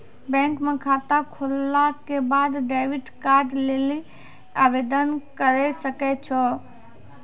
bank म खाता खोलला के बाद डेबिट कार्ड लेली आवेदन करै सकै छौ